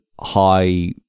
high